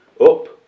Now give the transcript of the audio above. up